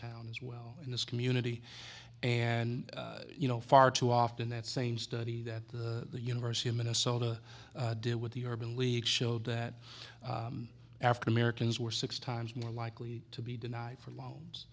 town as well in this community and you know far too often that same study that the university of minnesota did with the urban league showed that african americans were six times more likely to be denied for loans